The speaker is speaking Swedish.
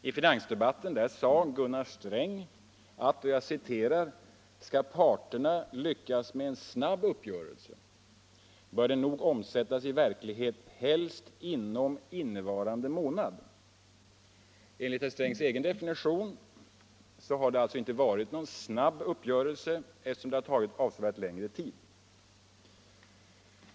I finansdebatten sade Gunnar Sträng att ”skall parterna lyckas med en snabb uppgörelse, bör den nog omsättas i verkligheten helst inom innevarande månad”. Enligt herr Strängs egen definition har det alltså inte varit någon snabb uppgörelse eftersom det tagit avsevärt längre tid.